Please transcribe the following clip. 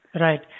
Right